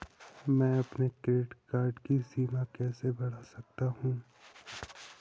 मैं अपने credit card की सीमा कैसे बढ़ा सकता हूँ?